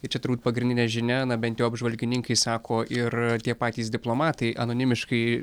tai čia turbūt pagrindinė žinia na bent jau apžvalgininkai sako ir tie patys diplomatai anonimiškai